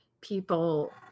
people